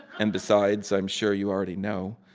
and besides, i'm sure you already know.